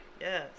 yes